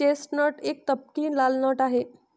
chestnut एक तपकिरी लाल नट आहे